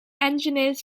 engineers